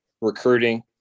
recruiting